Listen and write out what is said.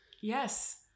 Yes